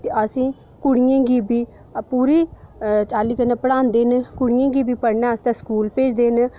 ते असें कुड़ियें गी बी पूरी चाल्ली कन्नै पढ़ांदे न कुड़ियें गी बी पढ़ने आस्तै स्कूल भेजदे न